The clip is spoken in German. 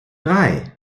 drei